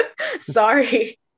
sorry